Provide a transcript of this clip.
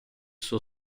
suo